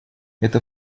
это